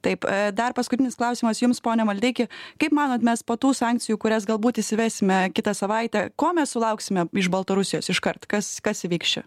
taip dar paskutinis klausimas jums pone maldeiki kaip manot mes po tų sankcijų kurias galbūt įsivesime kitą savaitę ko mes sulauksime iš baltarusijos iškart kas kas įvyks čia